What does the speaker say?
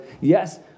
yes